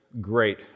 great